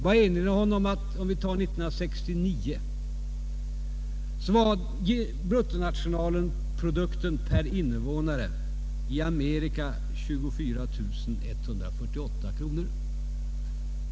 Jag vill erinra om att år 1969 var bruttonationalprodukten per invånare i Amerika 24 148 kronor.